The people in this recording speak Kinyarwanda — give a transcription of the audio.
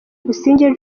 busingye